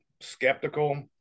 skeptical